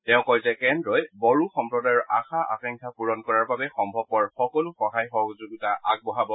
তেওঁ কয় যে কেন্দ্ৰই বড়ো সম্প্ৰদায়ৰ আশা আকাংক্ষা পূৰণ কৰাৰ বাবে সম্ভৱপৰ সকলো সহায় সহযোগ আগবঢ়াব